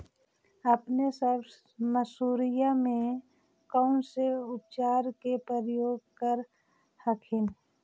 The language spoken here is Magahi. अपने सब मसुरिया मे कौन से उपचार के प्रयोग कर हखिन?